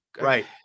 Right